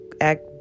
act